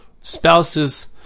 spouses